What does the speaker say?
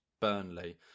Burnley